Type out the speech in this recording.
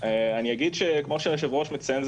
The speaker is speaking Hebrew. כפי שהיושב-ראש מציין,